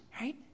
right